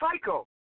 psycho